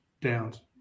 Downs